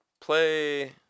Play